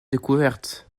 découvertes